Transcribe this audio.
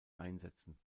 einsetzen